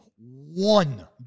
one